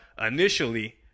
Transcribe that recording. Initially